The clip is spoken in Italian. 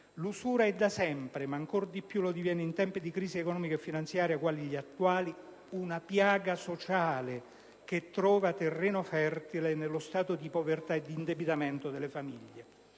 L'usura è da sempre, ma ancor di più lo diviene in tempi di crisi economica e finanziaria quali gli attuali, una piaga sociale che trova terreno fertile nello stato di povertà e di indebitamento delle famiglie.